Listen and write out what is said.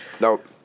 Nope